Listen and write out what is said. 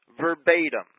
verbatim